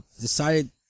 decided